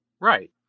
Right